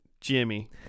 Jimmy